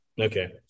Okay